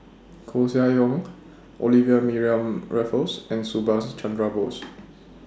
Koeh Sia Yong Olivia Mariamne Raffles and Subhas Chandra Bose